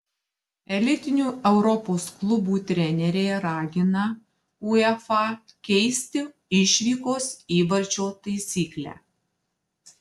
elitinių europos klubų treneriai ragina uefa keisti išvykos įvarčio taisyklę